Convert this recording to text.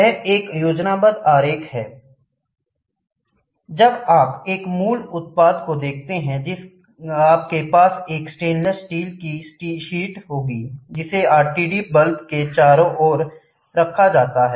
यह एक योजनाबद्ध आरेख है जब आप एक मूल उत्पाद को देखते हैं आपके पास एक स्टेनलेस स्टील की सील शीट होगी जिसे आरटीडी बल्ब के चारों ओर रखा जाता है